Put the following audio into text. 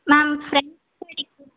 ma'am friends அடிக்கிறது